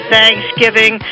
Thanksgiving